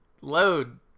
load